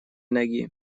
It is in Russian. ноги